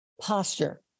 posture